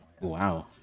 Wow